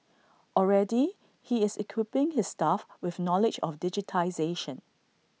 already he is equipping his staff with knowledge of digitisation